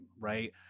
right